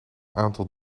aantal